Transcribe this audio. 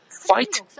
fight